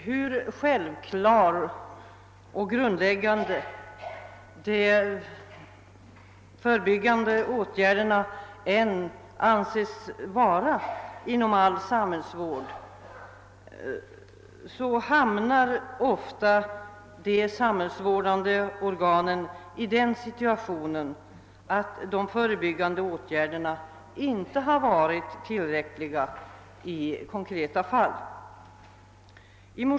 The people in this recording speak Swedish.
Hur självklara och grundläggande de förebyggande åtgärderna än anses vara inom all samhällsvård, hamnar väl ofta de samhällsvårdande organen i den situationen att de finner att de förebyggande åtgärderna inte varit tillräckliga i konkreta fall.